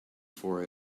for